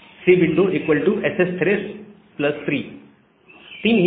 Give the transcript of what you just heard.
Cwndssthreh3 3 ही क्यों